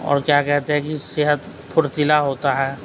اور کیا کہتے ہیں کہ صحت پھرتیلا ہوتا ہے